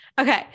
Okay